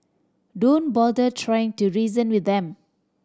don't bother trying to reason with them